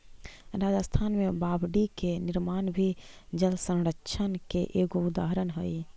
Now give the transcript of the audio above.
राजस्थान में बावडि के निर्माण भी जलसंरक्षण के एगो उदाहरण हई